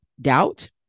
doubt